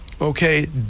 Okay